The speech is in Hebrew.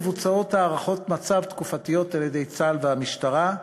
מבוצעות הערכות מצב תקופתיות על-ידי צה"ל והמשטרה.